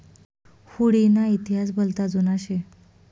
हुडी ना इतिहास भलता जुना शे